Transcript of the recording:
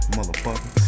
motherfucker